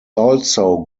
also